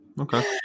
Okay